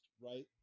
right